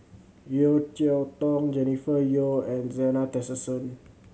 Yeo Cheow Tong Jennifer Yeo and Zena Tessensohn